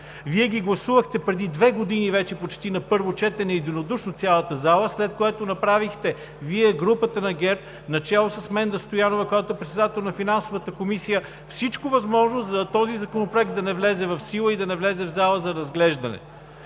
Вие ги гласувахте преди две години почти на първо четене единодушно цялата зала. След което направихте Вие, групата на ГЕРБ начело с Менда Стоянова, която е председател на Финансовата комисия, всичко възможно, този законопроект да не влезе в сила и да не влезе в залата за разглеждане.